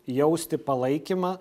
jausti palaikymą